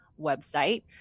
website